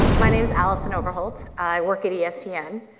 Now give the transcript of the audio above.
my name's alison overholt. i work at espn.